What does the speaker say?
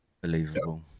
Believable